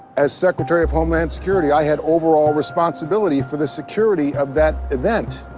as secretary of homeland security, i had overall responsibility for the security of that event.